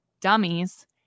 dummies